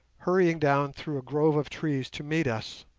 hurrying down through a grove of trees to meet us.